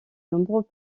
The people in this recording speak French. nombreux